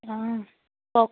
অঁ কওক